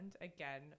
again